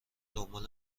دنبال